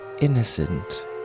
innocent